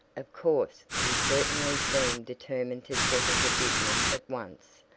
of course, he certainly seemed determined to settle the business at once,